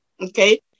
okay